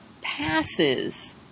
passes